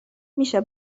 میشه